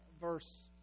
verse